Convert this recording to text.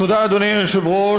תודה, אדוני היושב-ראש.